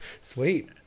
Sweet